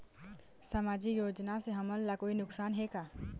सामाजिक योजना से हमन ला कोई नुकसान हे का?